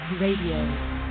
RADIO